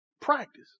practice